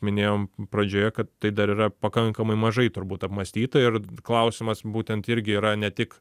minėjom pradžioje kad tai dar yra pakankamai mažai turbūt apmąstyta ir klausimas būtent irgi yra ne tik